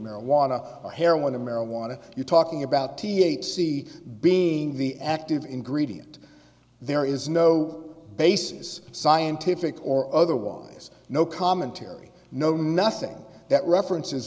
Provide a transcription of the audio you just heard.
marijuana hair when the marijuana you're talking about t h c being the active ingredient there is no basis scientific or otherwise no commentary no nothing that references